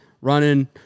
running